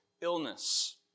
illness